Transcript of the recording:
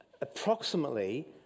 approximately